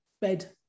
bed